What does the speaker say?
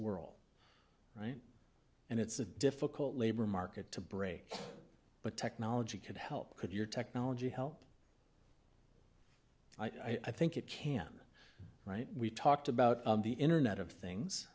swirl right and it's a difficult labor market to break but technology could help could your technology help i think it can right we've talked about the internet of things